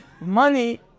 Money